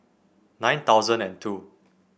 nine thousand and two